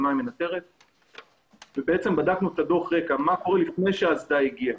קורה לפני שהאסדה הגיעה.